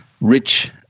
rich